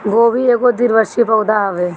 गोभी एगो द्विवर्षी पौधा हवे